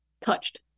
touched